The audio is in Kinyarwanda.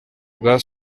bwa